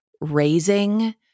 raising